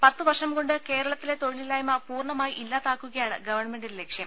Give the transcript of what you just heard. പത്ത് വർഷം കൊണ്ട് കേരളത്തിലെ തൊഴിലില്ലായ്മ പൂർണ്ണമായി ഇല്ലാതാക്കുകയാണ് ഗവൺമെന്റിന്റെ ലക്ഷ്യം